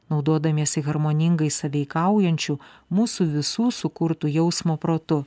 naudodamiesi harmoningai sąveikaujančių mūsų visų sukurtu jausmo protu